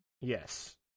Yes